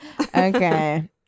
Okay